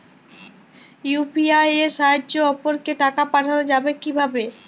UPI এর সাহায্যে অপরকে টাকা পাঠানো যাবে কিভাবে?